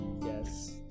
Yes